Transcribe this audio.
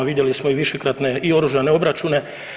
Vidjeli smo i višekratne i oružane obračune.